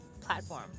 platform